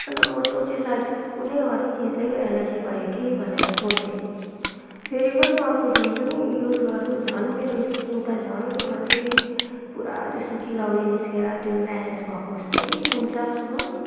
अन्त मैले सोचे सायद कुनै अरू चिजले पो एलर्जी भयो कि भनेर सोचे फेरि पनि अर्को दिन पनि युज गर्छु झन् मेरो स्किन त झन् अझ पुरा त्यस्तो चिलाउने निस्केर त्यो र्यासेस भएको जस्तो हुन्छ हो